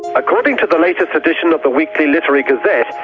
according to the latest edition of the weekly literary gazette,